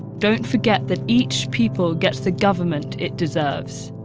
don't forget that each people gets the government it deserves!